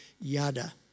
yada